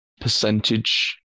percentage